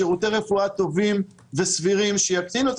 שירותי רפואה טובים וסבירים שיקטינו את